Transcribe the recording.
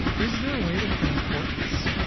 like is there a way to transport this?